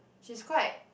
she's quite